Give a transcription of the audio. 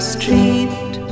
street